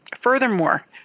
Furthermore